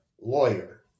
lawyer